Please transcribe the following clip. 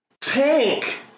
Tank